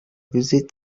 visit